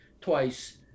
twice